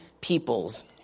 peoples